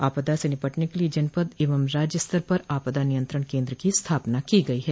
आपदा से निपटने के लिए जनपद एवं राज्यस्तर पर आपदा नियंत्रण केन्द्र की स्थापना की गई है